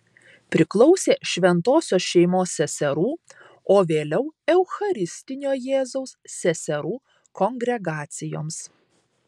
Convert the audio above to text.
priklausė šventosios šeimos seserų o vėliau eucharistinio jėzaus seserų kongregacijoms